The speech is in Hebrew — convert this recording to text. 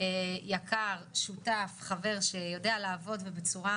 יקר, שותף, חבר, שיודע לעבוד ובצורה